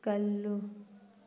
ꯀꯜꯂꯨ